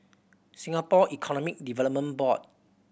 Singapore Economy Development Board